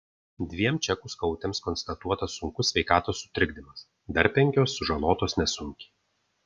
dviem čekų skautėms konstatuotas sunkus sveikatos sutrikdymas dar penkios sužalotos nesunkiai